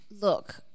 Look